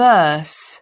Verse